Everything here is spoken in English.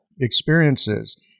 experiences